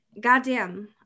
goddamn